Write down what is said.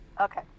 Okay